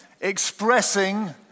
expressing